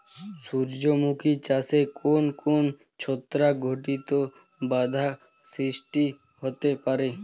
সূর্যমুখী চাষে কোন কোন ছত্রাক ঘটিত বাধা সৃষ্টি হতে পারে?